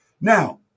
Now